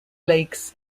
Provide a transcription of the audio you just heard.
lakes